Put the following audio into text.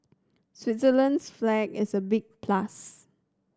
Switzerland's flag is a big plus